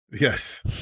Yes